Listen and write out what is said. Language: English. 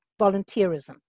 volunteerism